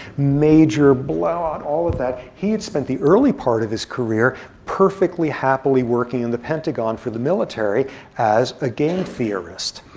major blowout, all of that. he had spent the early part of his career perfectly happily working in the pentagon for the military as a game theorist.